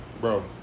Bro